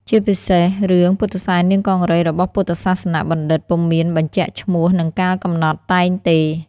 ជាពិសេសរឿងពុទ្ធិសែននាងកង្រីរបស់ពុទ្ធសាសនបណ្ឌិតពុំមានបញ្ជាក់ឈ្មោះ និងកាលកំណត់តែងទេ។